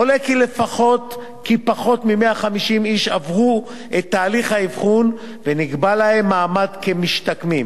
עולה כי פחות מ-150 איש עברו את תהליך האבחון ונקבע להם מעמד כמשתקמים.